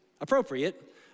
appropriate